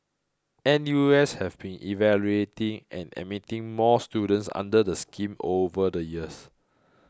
N U S have been evaluating and admitting more students under the scheme over the years